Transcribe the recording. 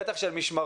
בטח של משמרות,